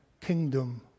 kingdom